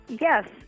Yes